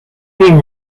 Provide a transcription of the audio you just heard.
been